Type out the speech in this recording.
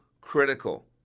critical